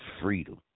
freedom